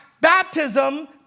baptism